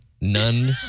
None